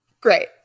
great